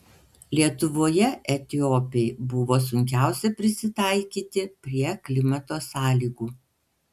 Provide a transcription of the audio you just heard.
lietuvoje etiopei buvo sunkiausia prisitaikyti prie klimato sąlygų